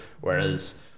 Whereas